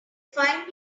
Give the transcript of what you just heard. find